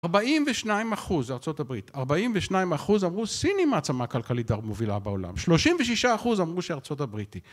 ארבעים ושניים אחוז ארצות הברית. ארבעים ושניים אחוז אמרו סין היא המעצמה הכלכלית המובילה בעולם. שלושים ושישה אחוז אמרו שארצות הברית.